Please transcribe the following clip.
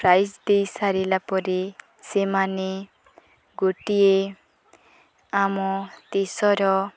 prize ଦେଇ ସାରିଲା ପରେ ସେମାନେ ଗୋଟିଏ ଆମ ଦେଶର